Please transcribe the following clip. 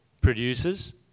producers